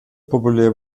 populär